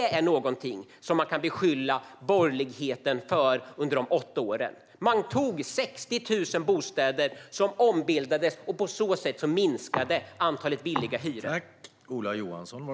Det är någonting som man kan beskylla borgerligheten för under deras åtta år: Det var 60 000 bostäder som ombildades, och på så sätt minskade antalet billiga hyresrätter.